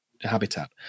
habitat